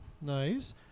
Nice